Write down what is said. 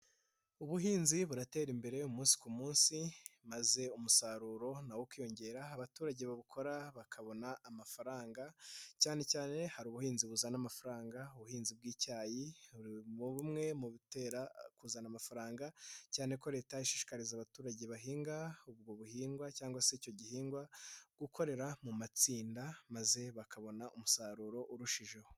Ubuhinzi buratera imbere umunsi ku munsi, maze umusaruro na wo ukiyongera abaturage babukora bakabona amafaranga, cyane cyane hari ubuhinzi buzana amafaranga. Ubuhinzi bw'icyayi ni bumwe mu bitera kuzana amafaranga cyane ko leta ishishikariza abaturage bahinga ubwo buhingwa cyangwa se icyo gihingwa gukorera mu matsinda maze bakabona umusaruro urushijeho.